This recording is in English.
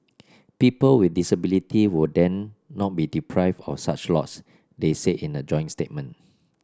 people with disability would then not be deprived of such lots they said in a joint statement